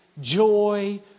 joy